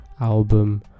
album